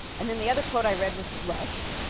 and then the other quote i read was rush,